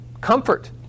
comfort